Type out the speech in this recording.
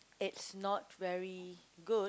it's not very good